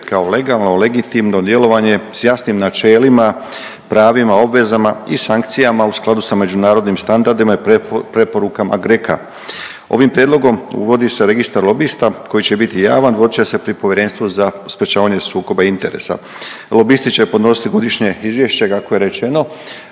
kao legalno, legitimno djelovanje s jasnim načelima, pravima, obvezama i sankcijama u skladu s međunarodnim standardima i preporukama GRECO-a. Ovim prijedlogom uvodi se registar lobista koji će biti javan, vodit će se pri Povjerenstvu za sprječavanje sukoba interesa. Lobisti će podnositi godišnje izvješće kako je rečeno.